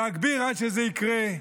להגביר, עד שזה יקרה.